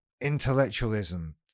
intellectualism